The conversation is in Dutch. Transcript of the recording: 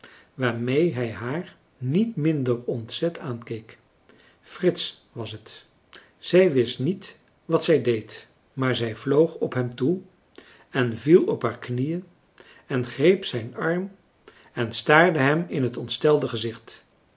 waarmee hij haar niet minder ontzet aankeek frits was het zij wist niet wat zij deed maar zij vloog op hem toe en viel op haar knieën en greep zijn arm en staarde hem in het ontstelde gezicht